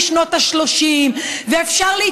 מה, אתם לא